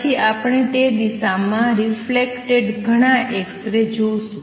પછી આપણે તે દિશામાં રિફલેકટેડ ઘણાં એક્સ રે જોશું